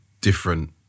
different